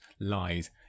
lies